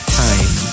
time